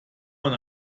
man